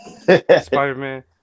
Spider-Man